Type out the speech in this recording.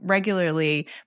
regularly